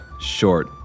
short